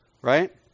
Right